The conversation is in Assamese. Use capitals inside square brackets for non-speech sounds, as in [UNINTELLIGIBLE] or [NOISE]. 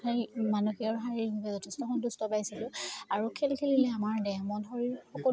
[UNINTELLIGIBLE] মানসিক আৰু শাৰীৰিকভাৱে যথেষ্ট সন্তুষ্ট পাইছিলোঁ আৰু খেল খেলিলে আমাৰ দেহ মন শৰীৰ সকলো